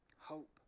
hope